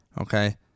okay